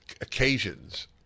occasions